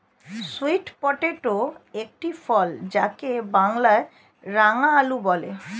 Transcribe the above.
sweet potato একটি ফল যাকে বাংলায় রাঙালু বলে